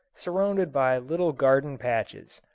surrounded by little garden patches,